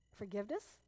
forgiveness